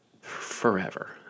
forever